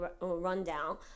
rundown